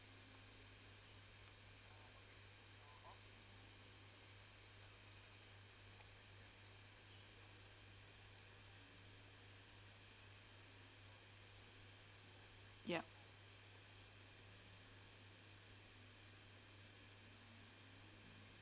ya